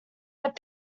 had